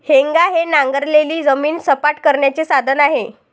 हेंगा हे नांगरलेली जमीन सपाट करण्याचे साधन आहे